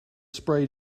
sprayed